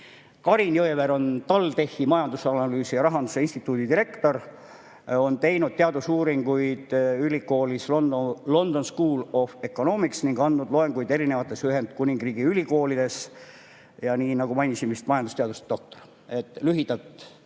Jõeveer on TalTechi majandusanalüüsi ja rahanduse instituudi direktor. Ta on teinud teadusuuringuid ülikoolis London School of Economics ning andnud loenguid erinevates Ühendkuningriigi ülikoolides. Ja mainin ka, ta on majandusteaduse doktor. Lühidalt